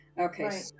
Okay